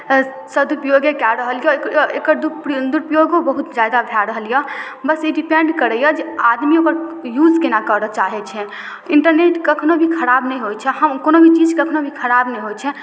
अऽ सदुपयोगे कए रहल यऽ एक एकर दुर दुरुपयोगो बहुत जादा भए रहल यऽ बस ई डिपेण्ड करइए जे आदमी ओकर यूज केना करऽ चाहय छनि इन्टरनेट कखनो भी खराब नहि होइ छै हाँ कोनो भी चीज कखनो भी खराब नहि होइ छै